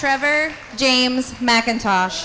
trevor james mackintosh